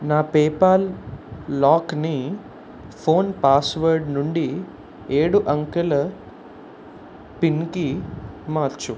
నా పేపాల్ లాక్ని phone password నుండి ఏడు అంకెల పిన్కి మార్చు